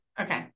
Okay